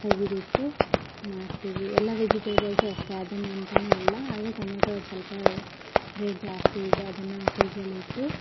ತೆಗೆದಿಟ್ಟು ಮಾರ್ತೀವಿ ಎಲ್ಲ ವೆಜಿಟೇಬಲ್ಸು ಅಷ್ಟೇ ಅದನ್ನು ಅಂತಾನೂ ಅಲ್ಲ ಆದರೆ ಟೊಮೆಟೊ ಒಂದು ಸ್ವಲ್ಪ ರೇಟ್ ಜಾಸ್ತಿ ಇದೆ ಅದನ್ನು ಫ್ರಿಜ್ಜಲ್ಲಿ ಇಟ್ಟು